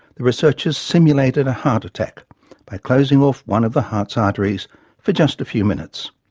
the researchers simulated a heart attack by closing off one of the heart's arteries for just a few minutes.